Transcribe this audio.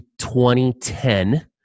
2010